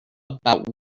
about